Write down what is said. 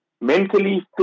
mentally